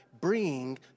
Bring